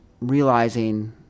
realizing